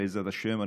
בעזרת השם,